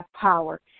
power